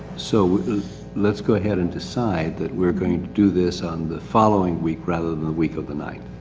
so let's go ahead and decide that we're going to do this on the following week, rather than the week of the ninth.